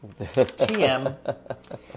TM